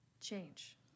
change